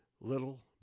little